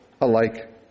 alike